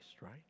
right